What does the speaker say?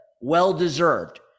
well-deserved